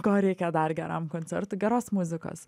ko reikia dar geram koncertui geros muzikos